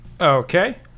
Okay